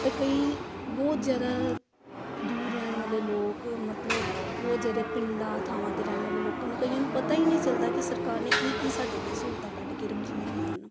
ਪਰ ਕਈ ਬਹੁਤ ਜ਼ਿਆਦਾ ਦੂਰ ਰਹਿਣ ਵਾਲੇ ਲੋਕ ਮਤਲਬ ਬਹੁਤ ਜ਼ਿਆਦਾ ਪਿੰਡਾਂ ਥਾਵਾਂ 'ਤੇ ਰਹਿਣ ਵਾਲੇ ਲੋਕਾਂ ਨੂੰ ਕਈਆਂ ਨੂੰ ਪਤਾ ਹੀ ਨਹੀਂ ਚੱਲਦਾ ਕਿ ਸਰਕਾਰ ਨੇ ਕੀ ਕੀ ਸਾਡੇ ਲਈ ਸਹੂਲਤਾਂ ਕੱਢ ਕੇ ਰੱਖੀਆਂ ਹੋਈਆਂ ਹਨ